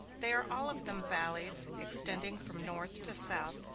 they are all of them valleys, extending from north to south,